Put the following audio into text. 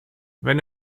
wenn